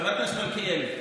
חבר הכנסת מלכיאלי,